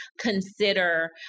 consider